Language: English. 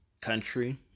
country